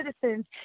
citizens